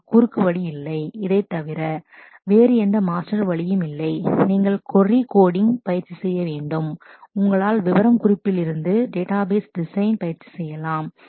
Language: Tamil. அதற்கு குறுக்குவழி இல்லை இதைத் தவிர வேறு எந்த மாஸ்டர் வழி இல்லை நீங்கள் கொரி கோடிங் query coding பயிற்சி செய்ய வேண்டும் உங்களால் விவரம் குறிப்பிலிருந்து டேட்டாபேஸ் டிசைன் design பயிற்சி செய்யலாம்